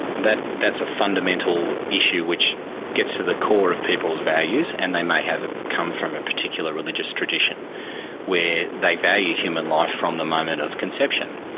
that's a fundamental issue which gets to the core of people's values and they may have come from a particular religious tradition where they value human life from the moment of conception.